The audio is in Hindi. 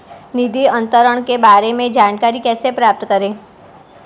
निधि अंतरण के बारे में जानकारी कैसे प्राप्त करें?